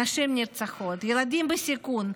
נשים נרצחות, ילדים בסיכון,